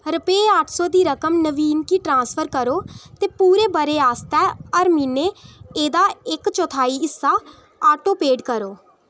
रपेऽ अट्ठ सौ दी रकम नवीन गी ट्रांसफर करो ते पूरे ब'रे आस्तै हर म्हीनै एह्दा इक चौथाई हिस्सा आटोपेड करो